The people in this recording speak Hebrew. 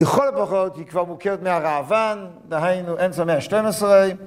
בכל הפחות, היא כבר מוכרת מהראב"ן, דהיינו אמצע מאה ה-12.